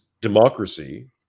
democracy